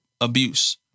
abuse